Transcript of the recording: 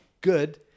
good